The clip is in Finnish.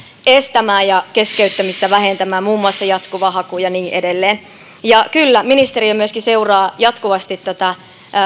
estämään ja keskeyttämistä vähentämään muun muassa jatkuva haku ja niin edelleen ja kyllä ministeriö myöskin seuraa jatkuvasti tätä